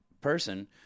person